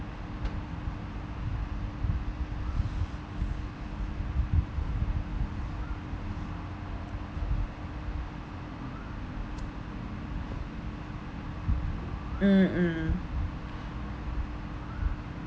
mm mm